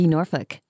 Norfolk